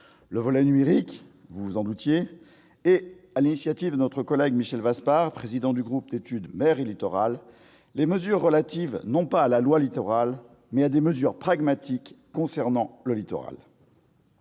le volet « numérique », vous vous en doutiez, et, sur l'initiative de notre collègue Michel Vaspart, président du groupe d'études Mer et littoral, les dispositions relatives, non pas à la loi Littoral, mais à des mesures pragmatiques concernant le littoral.